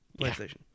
PlayStation